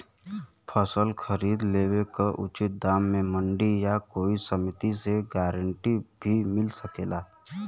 फसल खरीद लेवे क उचित दाम में मंडी या कोई समिति से गारंटी भी मिल सकेला?